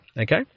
okay